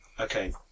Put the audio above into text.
Okay